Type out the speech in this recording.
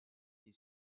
est